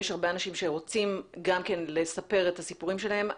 יש הרבה אנשים שרוצים לספר את הסיפורים שלהם.